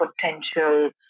potential